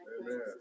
Amen